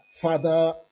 father